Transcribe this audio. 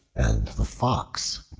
and the fox